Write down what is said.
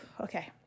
okay